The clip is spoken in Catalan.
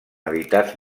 editats